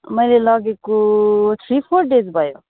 मैले लगेको three four days भयो